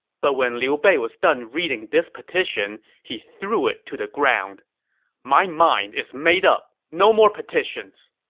but when liu bei was done reading this petition, he threw it to the ground my mind is made up! no more petitions!